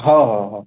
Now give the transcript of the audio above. हो हो हो